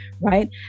right